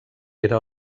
era